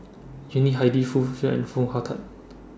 Yuni Hadi Foo Han and Foo Hong Tatt